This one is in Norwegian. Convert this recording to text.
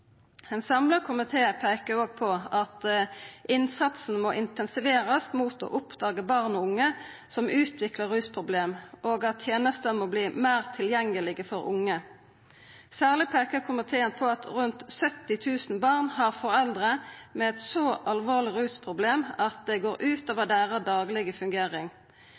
Ein samla komité peiker òg på at innsatsen må intensiverast mot å oppdaga barn og unge som utviklar rusproblem, og at tenestene må verta meir tilgjengelege for unge. Særleg peiker komiteen på at rundt 70 000 barn har foreldre med eit så alvorleg rusproblem at det går ut over deira daglege fungering.